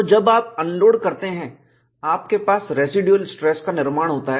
तो जब आप अनलोड करते हैं आपके पास रेसीडुएल स्ट्रेस का निर्माण होता है